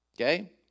Okay